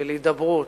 של הידברות,